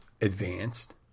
advanced